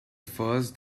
first